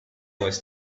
was